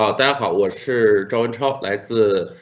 ah and what what sure don't talk like the.